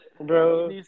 Bro